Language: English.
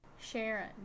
sharon